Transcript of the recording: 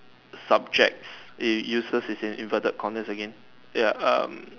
subjects eh useless is in inverted comma again ya um